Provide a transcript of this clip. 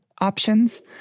options